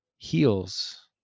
heals